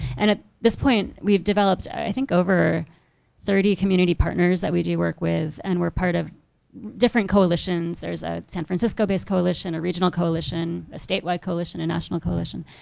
and at this point, we've developed i think over thirty community partners that we do work with and we're part of different coalition's there's a san francisco-based francisco-based coalition a regional coalition, a statewide coalition a national coalition.